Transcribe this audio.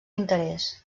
interès